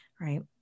right